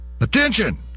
Attention